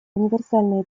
универсальные